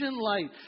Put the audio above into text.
light